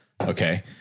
Okay